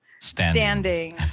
standing